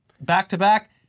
back-to-back